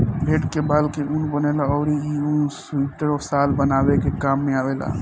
भेड़ के बाल से ऊन बनेला अउरी इ ऊन सुइटर, शाल बनावे के काम में आवेला